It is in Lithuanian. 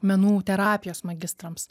menų terapijos magistrams